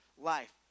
life